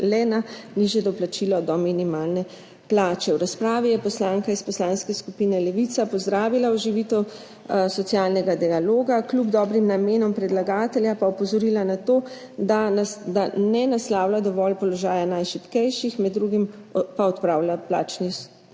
nižje doplačilo do minimalne plače. V razpravi je poslanka iz Poslanske skupine Levica pozdravila oživitev socialnega dialoga. Kljub dobrim namenom predlagatelja pa opozorila na to, da ne naslavlja dovolj položaja najšibkejših, med drugim pa odpravlja plačni strop.